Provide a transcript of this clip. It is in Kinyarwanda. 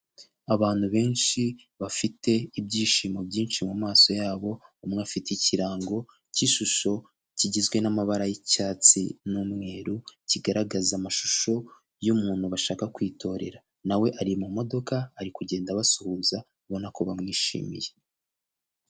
Abantu benshi bafite ibyishimo byinshi mu mumaso yabo, umwe afite ikirango cy'ishusho kigizwe n'amabara y'icyatsi n'umweru, kigaragaza amashusho y'umuntu bashaka kwitorera, nawe ari mu modoka, ari kugenda abasuhuza, abona ko bamwishimiye.